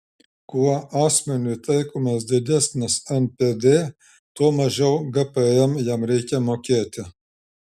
kuo asmeniui taikomas didesnis npd tuo mažiau gpm jam reikia mokėti